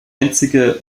einzige